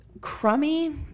crummy